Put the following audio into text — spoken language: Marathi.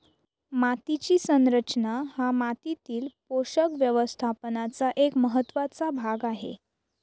मातीची संरचना हा मातीतील पोषक व्यवस्थापनाचा एक महत्त्वाचा भाग आहे